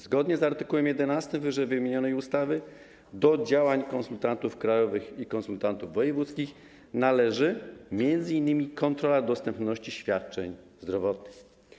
Zgodnie z art. 11 ww. ustawy do zadań konsultantów krajowych i konsultantów wojewódzkich należy m.in. kontrola dostępności świadczeń zdrowotnych.